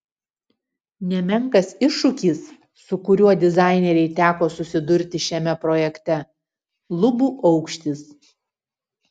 nemenkas iššūkis su kuriuo dizainerei teko susidurti šiame projekte lubų aukštis